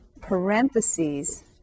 parentheses